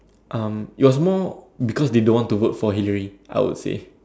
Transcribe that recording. um it was more because they don't want to work for Hillary I would say